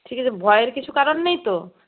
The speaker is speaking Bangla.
ঠিক আছে ভয়ের কিছু কারণ নেই তো